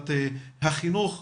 ועדת החינוך,